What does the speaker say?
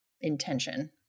intention